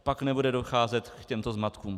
Pak nebude docházet k těmto zmatkům.